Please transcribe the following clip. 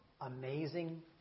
Amazing